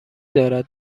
دارد